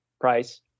price